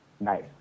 nice